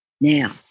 Now